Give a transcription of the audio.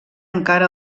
encara